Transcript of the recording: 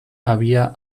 había